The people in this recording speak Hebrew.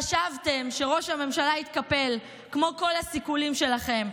חשבתם שראש הממשלה יתקפל כמו כל הסיכולים שלכם,